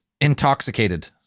intoxicated